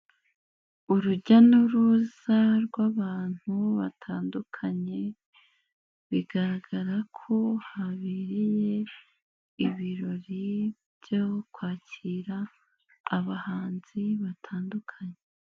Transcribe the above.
Urujya n'uruza rw'abantu batandukanye bigaragara ko habereye ibirori byo kwakira abahanzi batandukanye.